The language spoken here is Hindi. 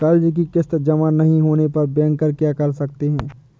कर्ज कि किश्त जमा नहीं होने पर बैंकर क्या कर सकते हैं?